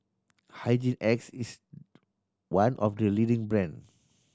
Hygin X is one of the leading brands